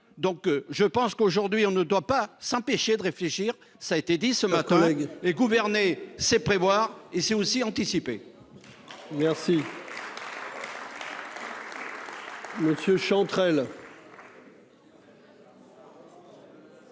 Donc je pense qu'aujourd'hui on ne doit pas s'empêcher de réfléchir, ça a été dit ce matin et gouverner, c'est prévoir et c'est aussi anticiper.